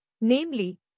namely